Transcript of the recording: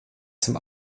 zum